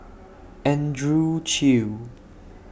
Andrew Chew